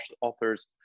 authors